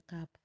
up